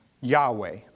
Yahweh